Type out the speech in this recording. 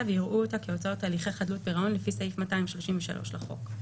ויראו אותה כהוצאות הליכי חדלות פירעון לפי סעיף 233 לחוק,